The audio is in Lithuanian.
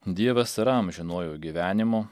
dievas yra amžinuoju gyvenimu